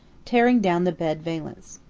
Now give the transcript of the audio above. tearing down the bed valance.